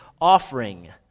offering